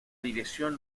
dirección